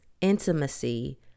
intimacy